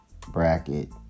bracket